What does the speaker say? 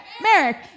Merrick